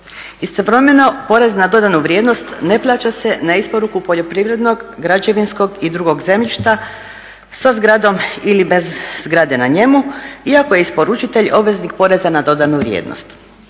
Istovremeno porez na dodanu vrijednost ne plaća se na isporuku poljoprivrednog, građevinskog i drugog zemljišta sa zgradom ili bez zgrade na njemu, iako je isporučitelj obveznik poreza na dodanu vrijednost.